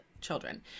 children